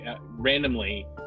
randomly